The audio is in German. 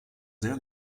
sehr